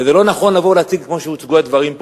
ולא נכון לבוא ולהציג את הדברים כמו שהם הוצגו